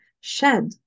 shed